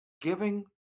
giving